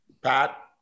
Pat